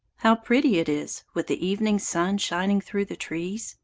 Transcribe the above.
how pretty it is, with the evening sun shining through the trees!